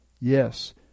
Yes